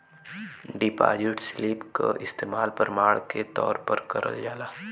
deposit slip क इस्तेमाल प्रमाण के तौर पर करल जाला